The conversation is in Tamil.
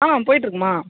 ஆ போய்ட்டு இருக்குதும்மா